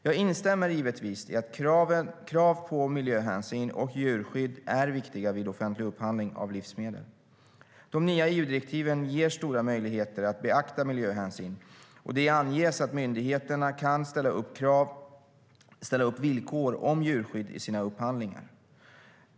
Jag instämmer givetvis i att krav på miljöhänsyn och djurskydd är viktiga vid offentlig upphandling av livsmedel. De nya EU-direktiven ger stora möjligheter att beakta miljöhänsyn, och det anges att myndigheterna kan ställa upp villkor om djurskydd i sina upphandlingar.